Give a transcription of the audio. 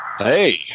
Hey